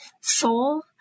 soul